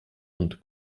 und